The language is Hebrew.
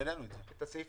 הסעיף